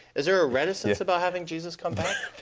is there a reticence about having jesus come back?